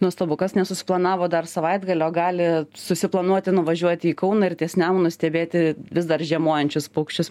nuostabu kas nesusiplanavo dar savaitgalio gali susiplanuoti nuvažiuoti į kauną ir ties nemunu stebėti vis dar žiemojančius paukščius